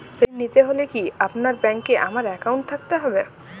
ঋণ নিতে হলে কি আপনার ব্যাংক এ আমার অ্যাকাউন্ট থাকতে হবে?